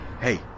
Hey